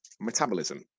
metabolism